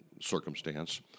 circumstance